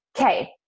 okay